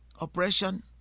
oppression